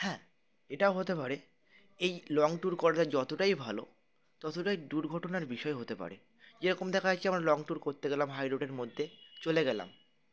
হ্যাঁ এটাও হতে পারে এই লং ট্যুর করতে যতটাই ভালো ততটাই দুর্ঘটনার বিষয় হতে পারে যেরকম দেখা যাচ্ছে আমরা লং ট্যুর করতে গেলাম হাই রোডের মধ্যে চলে গেলাম